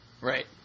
Right